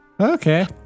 Okay